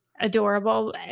adorable